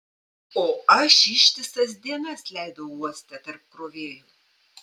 o aš ištisas dienas leidau uoste tarp krovėjų